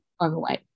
overweight